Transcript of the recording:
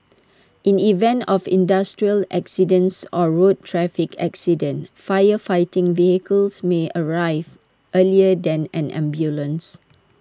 in event of industrial accidents or road traffic accidents fire fighting vehicles may arrive earlier than an ambulance